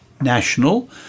national